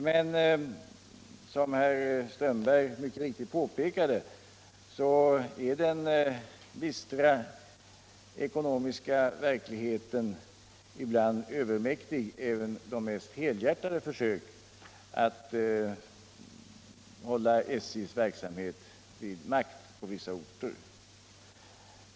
Men som herr Strömberg i Botkyrka mycket riktigt påpekade reser ibland den bistra ekonomiska verkligheten övermäktiga hinder för även de mest helhjärtade försök att hålla SJ:s verksamhet vid makt på vissa orter.